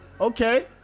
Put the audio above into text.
okay